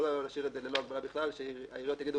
לא להשאיר את זה ללא הגבלה בכלל כך שהעיריות יגידו